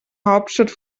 hauptstadt